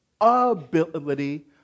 ability